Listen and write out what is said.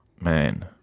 man